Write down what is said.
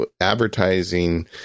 advertising